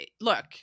look